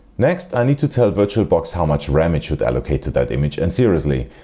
next i need to tell virtualbox how much ram it should allocate to that image and seriously,